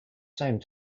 same